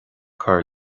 cur